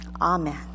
Amen